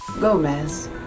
Gomez